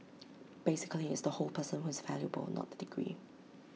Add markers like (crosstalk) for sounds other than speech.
(noise) basically it's the whole person who is valuable not the degree